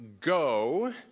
go